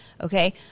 okay